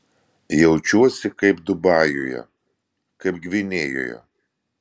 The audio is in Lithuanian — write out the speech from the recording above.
jaučiuosi kaip dubajuje kaip gvinėjoje